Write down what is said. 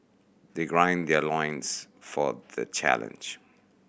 they their loins for the challenge